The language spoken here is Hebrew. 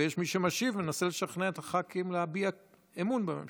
ויש מי שמשיב ומנסה לשכנע את חברי הכנסת להביע אמון בממשלה.